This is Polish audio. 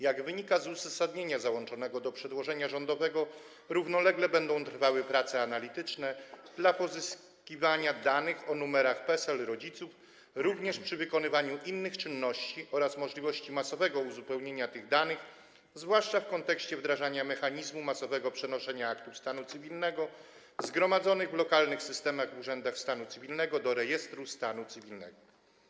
Jak wynika z uzasadnienia załączonego do przedłożenia rządowego, równolegle będą trwały prace analityczne dotyczące pozyskiwania danych o numerach PESEL rodziców również przy wykonywaniu innych czynności oraz możliwości masowego uzupełniania tych danych, zwłaszcza w kontekście wdrażania mechanizmu masowego przenoszenia aktów stanu cywilnego zgromadzonych w lokalnych systemach w urzędach stanu cywilnego do rejestru stanu cywilnego.